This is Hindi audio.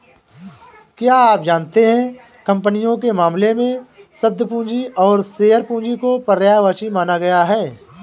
क्या आप जानते है कंपनियों के मामले में, शब्द पूंजी और शेयर पूंजी को पर्यायवाची माना गया है?